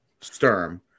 Sturm